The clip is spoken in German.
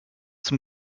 zum